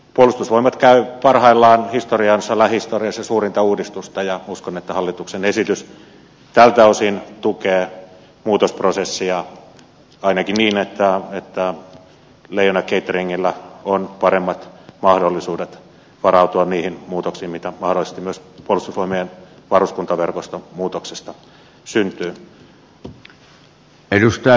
puolustusvoimat käy parhaillaan lähihistoriansa suurinta uudistusta ja uskon että hallituksen esitys tältä osin tukee muutosprosessia ainakin niin että leijona cateringilla on paremmat mahdollisuudet varautua niihin muutoksiin mitä mahdollisesti myös puolustusvoimien varuskuntaverkostomuutoksesta syntyy